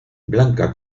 blanca